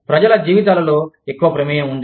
ప్రజల జీవితాలలో ఎక్కువ ప్రమేయం ఉంది